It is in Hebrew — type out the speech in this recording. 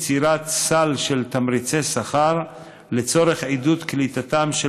יצירת סל של תמריצי שכר לצורך עידוד קליטתם של